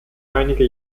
einige